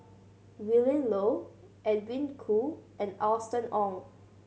Willin Low Edwin Koo and Austen Ong